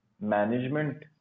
management